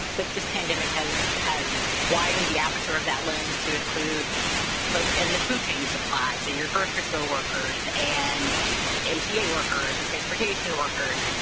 but this pandemic has has widened the aperture of that lens to include folks in the food chain supply. so your grocery store workers and mta workers and transportation workers,